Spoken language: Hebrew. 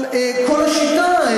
אבל כל השיטה,